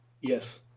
Yes